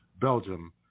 Belgium